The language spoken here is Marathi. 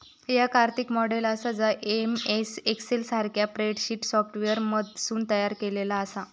याक आर्थिक मॉडेल आसा जा एम.एस एक्सेल सारख्या स्प्रेडशीट सॉफ्टवेअरमधसून तयार केलेला आसा